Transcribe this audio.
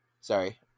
Sorry